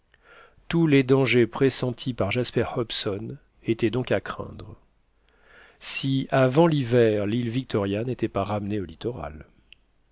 tous les dangers pressentis par jasper hobson étaient donc à craindre si avant l'hiver l'île victoria n'était pas ramenée au littoral